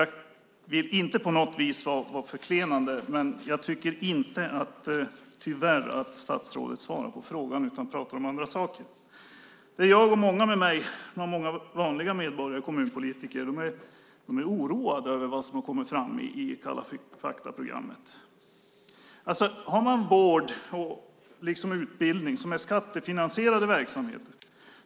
Jag vill inte på något sätt vara förklenande, men jag tycker tyvärr inte att statsrådet svarar på frågan utan pratar om andra saker. Vanliga medborgare, kommunpolitiker och jag är oroade över vad som kom fram i Kalla fakta programmet. Vård och utbildning är skattefinansierade verksamheter.